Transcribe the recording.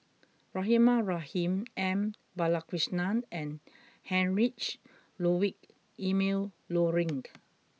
Rahimah Rahim M Balakrishnan and Heinrich Ludwig Emil Luering